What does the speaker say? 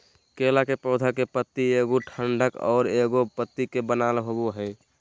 केला के पौधा के पत्ति एगो डंठल आर एगो पत्ति से बनल होबो हइ